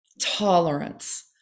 tolerance